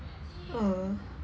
uh